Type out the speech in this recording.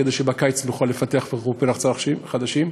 כדי שבקיץ נוכל לפתח חופי רחצה חדשים.